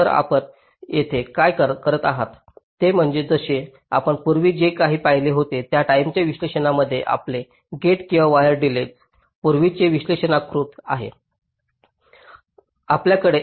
तर आपण येथे काय करत आहात ते म्हणजे जसे आपण पूर्वी जे काही पाहिले होते त्या टाईमच्या विश्लेषणाप्रमाणेच आपले गेट किंवा वायर डिलेज पूर्वीचे वैशिष्ट्यीकृत आहे